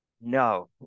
no